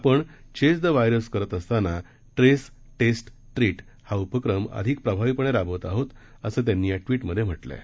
आपण chase the virus करत असताना ट्रेस टेस्ट ट्रीट हा उपक्रम अधिक प्रभावीपणे राबवत आहोत असं त्यांनी या ट्वीटमधे म्हटलंय